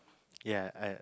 ya I